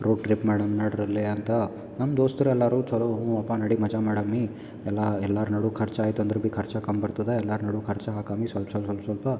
road trip ಮಾಡೋಣ ಮಾಡ್ರಲ್ಲೇ ಅಂತ ನಮ್ಮ ದೋಸ್ತರು ಎಲ್ಲರು ಚಲೋ ಹೋಗುವಪ್ಪ ನಡಿ ಮಜಾ ಮಾಡಮ್ಮಿ ಎಲ್ಲ ಎಲ್ಲಾರು ನಡು ಖರ್ಚ್ ಆಯ್ತಂದ್ರೆ ಬಿ ಖರ್ಚ ಕಮ್ಮಿ ಬರ್ತದ ಎಲ್ಲರ ನಡು ಖರ್ಚ ಹಾಕಮ್ಮಿ ಸೊಲ್ಪ ಸ್ವಲ್ಪ ಸೊಲ್ಪ ಸ್ವಲ್ಪ